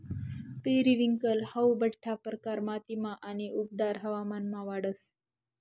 periwinkle हाऊ बठ्ठा प्रकार मातीमा आणि उबदार हवामानमा वाढस